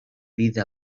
vida